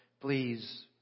please